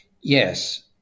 Yes